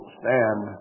stand